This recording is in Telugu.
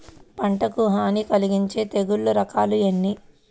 పంటకు హాని కలిగించే తెగుళ్ల రకాలు ఎన్ని?